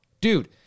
Dude